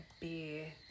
beer